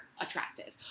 attractive